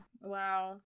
Wow